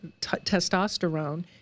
testosterone